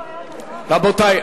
רבותי?